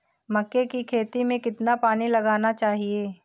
मक्के की खेती में कितना पानी लगाना चाहिए?